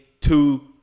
two